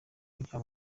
ibya